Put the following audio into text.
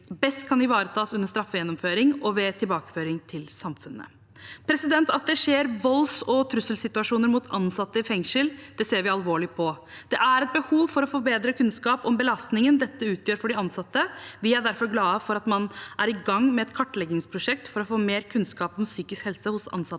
best kan ivaretas under straffegjennomføring og ved tilbakeføring til samfunnet. At det skjer volds- og trusselsituasjoner mot ansatte i fengsel, ser vi alvorlig på. Det er et behov for å få bedre kunnskap om belastningen dette utgjør for de ansatte. Vi er derfor glade for at man er i gang med et kartleggingsprosjekt for å få mer kunnskap om psykisk helse hos ansatte